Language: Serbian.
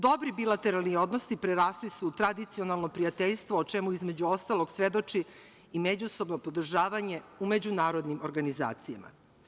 Dobri bilateralni odnosi prerasli su u tradicionalno prijateljstvo o čemu, između ostalog, svedoči i međusobno podržavanje u međunarodnim organizacijama.